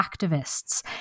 activists